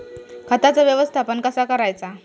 खताचा व्यवस्थापन कसा करायचा?